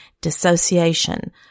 dissociation